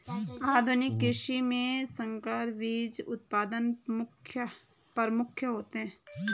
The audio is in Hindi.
आधुनिक कृषि में संकर बीज उत्पादन प्रमुख है